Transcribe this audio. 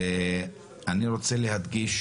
ואני רוצה להדגיש